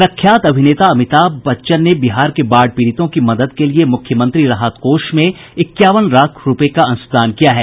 प्रख्यात अभिनेता अमिताभ बच्चन ने बिहार के बाढ़ पीड़ितों की मदद के लिये मुख्यमंत्री राहत कोष में इक्यावन लाख रूपये का अंशदान किया है